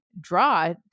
draw